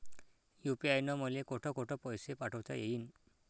UPI न मले कोठ कोठ पैसे पाठवता येईन?